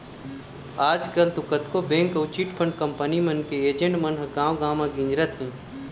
आजकल तो कतको बेंक अउ चिटफंड कंपनी मन के एजेंट मन ह गाँव गाँव म गिंजरत हें